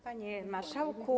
Panie Marszałku!